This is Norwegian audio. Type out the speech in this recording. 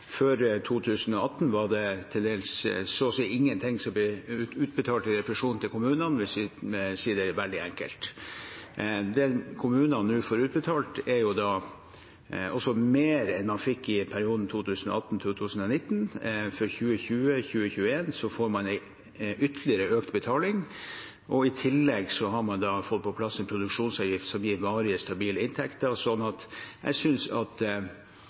Før 2018 var det så å si ingenting som ble utbetalt i refusjon til kommunene, hvis vi sier det veldig enkelt. Det kommunene nå får utbetalt, er også mer enn man fikk i perioden 2018–2019. For perioden 2020–2021 får man en ytterligere økning i betalingen. I tillegg har man fått på plass en produksjonsavgift som gir varige, stabile inntekter. Så til en del av dem som synes at dette er for lite, vil jeg